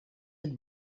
het